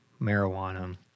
marijuana